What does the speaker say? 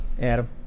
Adam